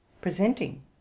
presenting